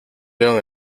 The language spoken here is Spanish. león